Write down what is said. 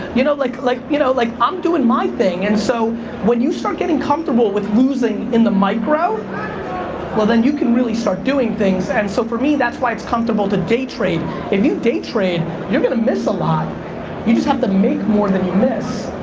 you know like like you know like i'm doin' my thing! and so when you start getting comfortable with losing in the micro well, then, you can really start doing things and so for me, that's why it's comfortable to day if you day trade, you're gonna miss a lot you just have to make more than you miss.